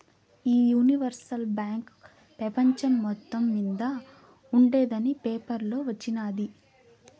ఈ universal bank పెపంచం మొత్తం మింద ఉండేందని పేపర్లో వచిన్నాది